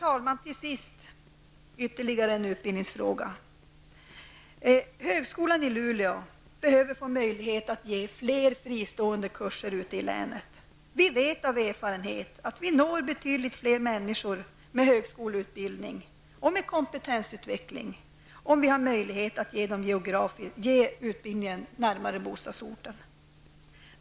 Jag vill till sist ta upp ytterligare en utbildningsfråga. Högskolan i Luleå behöver få möjligheter att ge fler fristående kurser i ute i länet. Vi vet av erfarenhet att vi når betydligt fler människor med högskoleutbildning och kompetensutveckling om vi har möjlighet att ge utbildningen närmare bostadsorten.